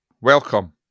welcome